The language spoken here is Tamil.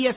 எஸ்